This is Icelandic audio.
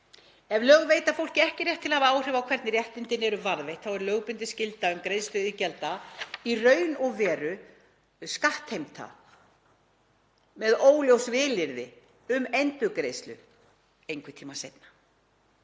Ef lög veita fólki ekki rétt til að hafa áhrif á hvernig réttindin eru varðveitt er lögbundin skylda um greiðslu iðgjalda í raun og veru skattheimta með óljósu vilyrði um endurgreiðslu einhvern tíma seinna.